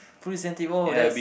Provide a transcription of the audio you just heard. Police and Thief oh that's